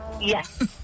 Yes